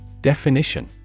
Definition